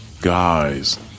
Guys